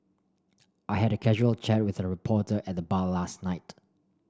I had a casual chat with a reporter at the bar last night